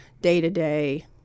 day-to-day